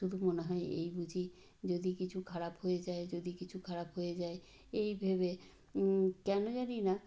শুধু মনে হয় এই বুঝি যদি কিছু খারাপ হয়ে যায় যদি কিছু খারাপ হয়ে যায় এই ভেবে কেন জানি না